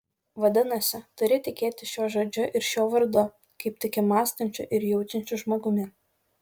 vadinasi turi tikėti šiuo žodžiu ir šiuo vardu kaip tiki mąstančiu ir jaučiančiu žmogumi